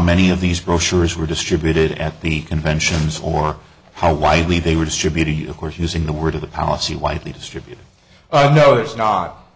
many of these brochures were distributed at the conventions or how widely they were distributed of course using the word of the policy widely distributed i know it's not